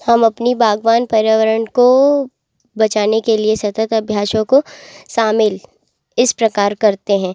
हम अपनी बागवान पर्यावरण को बचाने के लिए सतत अभ्यासों को शामिल इस प्रकार करते हैं